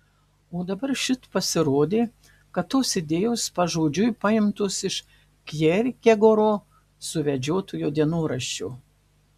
o dabar šit pasirodė kad tos idėjos pažodžiui paimtos iš kjerkegoro suvedžiotojo dienoraščio